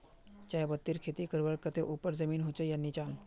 चाय पत्तीर खेती करवार केते ऊपर जमीन होचे या निचान?